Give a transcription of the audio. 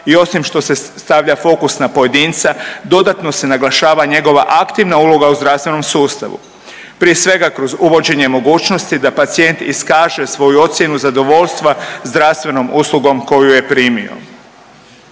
i osim što se stavlja fokus na pojedinca dodatno se naglašava njegova aktivna uloga u zdravstvenom sustavu prije svega kroz uvođenje mogućnosti da pacijent iskaže svoju ocjenu zadovoljstva zdravstvenom uslugom koju je primio.